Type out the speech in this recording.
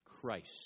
Christ